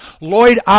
Lloyd